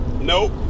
Nope